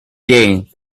day